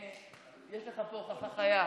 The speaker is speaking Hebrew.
יש לך פה הוכחה חיה.